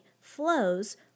flows